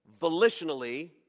volitionally